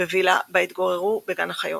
בוילה בה התגוררו בגן החיות.